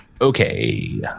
Okay